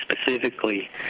specifically